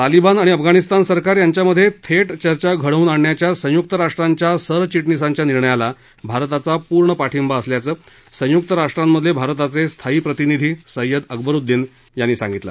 तालिबान आणि अफगाणिस्तान सरकार यांच्यामधे थेट चर्चा घडवून आणण्याच्या संयुक्त राष्ट्रांच्या सरचिटणीसांच्या निर्णयाला भारताचा पूर्ण पाठिंबा असल्याचं संयुक्त राष्ट्रांतले भारताचे स्थायी प्रतिनिधी सय्यद अकबरुद्दीन यांनी सांगितलं